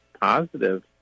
positive